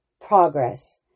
progress